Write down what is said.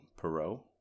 Perot